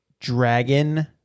dragon